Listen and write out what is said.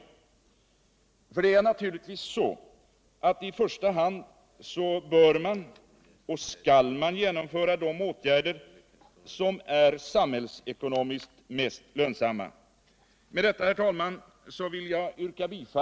För det är naturligtvis så att man i första hand bör och skall genomföra de åtgärder som är samhältsekonomiskt mest lönsamma.